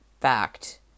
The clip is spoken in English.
fact